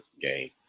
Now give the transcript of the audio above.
game